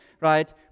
right